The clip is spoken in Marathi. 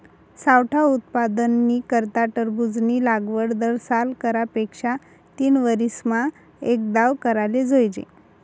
सावठा उत्पादननी करता टरबूजनी लागवड दरसाल करा पेक्षा तीनवरीसमा एकदाव कराले जोइजे